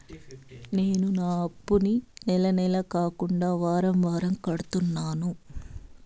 నేను నా అప్పుని నెల నెల కాకుండా వారం వారం కడుతున్నాను